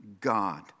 God